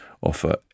offer